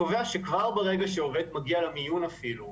קובע שכבר ברגע שעובד מגיע למיון אפילו,